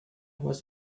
was